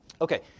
Okay